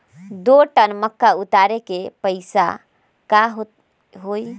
दो टन मक्का उतारे के पैसा का होई?